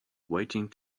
waiting